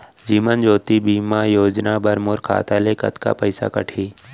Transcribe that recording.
जीवन ज्योति बीमा योजना बर मोर खाता ले कतका पइसा कटही?